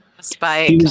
Spike